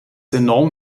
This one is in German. enorm